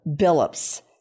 Billups